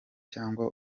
cyangwa